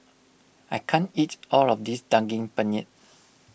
I can't eat all of this Daging Penyet